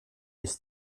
ist